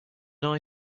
eye